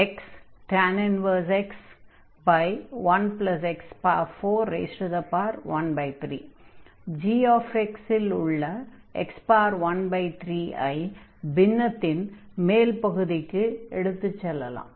gx இல் உள்ள x13 ஐ பின்னத்தின் மேல் பகுதிக்கு எடுத்துச் செல்லலாம்